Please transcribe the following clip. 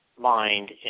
mind